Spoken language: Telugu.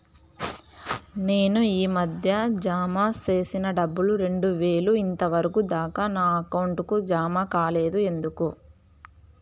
నేను ఈ మధ్య జామ సేసిన డబ్బులు రెండు వేలు ఇంతవరకు దాకా నా అకౌంట్ కు జామ కాలేదు ఎందుకు?